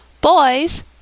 Boys